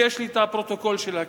ויש לי הפרוטוקול של הכנסת,